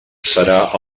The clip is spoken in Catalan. serà